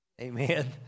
Amen